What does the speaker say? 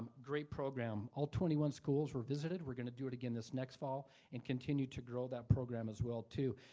great program. all twenty one schools were visited. we're gonna do it again this next fall and continue to grow that program as well too.